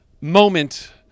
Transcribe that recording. moment